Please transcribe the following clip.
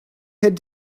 had